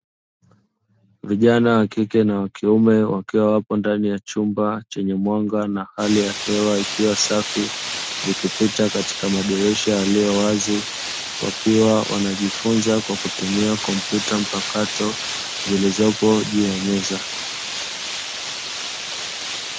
Vijana wa kike na wa kiume wakiwa wapo ndani ya chumba chenye mwanga na hali ya hewa ikiwa safi, ikipita katika madirisha yaliyo wazi, wakiwa wanajifunza kwa kutumia kompyuta mpakato zilizopo juu ya meza.